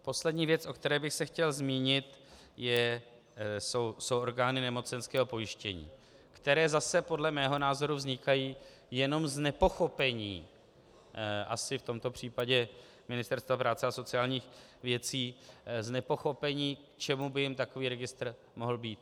Poslední věc, o které bych se chtěl zmínit, jsou orgány nemocenského pojištění, které zase podle mého názoru vznikají jenom z nepochopení asi v tomto případě Ministerstva práce a sociálních věcí, z nepochopení, k čemu by jim takový registr mohl být.